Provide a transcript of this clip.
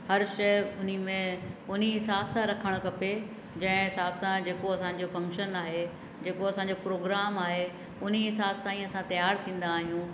हर शइ उन में उन हिसाब सां रखणु खपे जंहिं हिसाब सां जेको असांजो फंक्शन आहे जेको असांजो प्रोग्राम आहे उन हिसाब सां असां तयारु थींदा आहियूं